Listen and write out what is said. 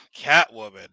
Catwoman